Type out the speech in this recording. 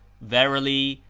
verily,